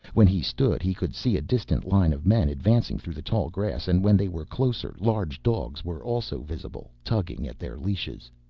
when he stood he could see a distant line of men advancing through the tall grass and when they were closer large dogs were also visible, tugging at their leashes.